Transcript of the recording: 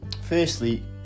firstly